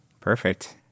Perfect